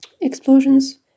explosions